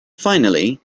finally